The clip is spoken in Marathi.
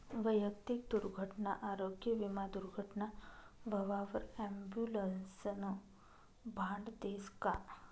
वैयक्तिक दुर्घटना आरोग्य विमा दुर्घटना व्हवावर ॲम्बुलन्सनं भाडं देस का?